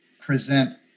present